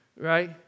Right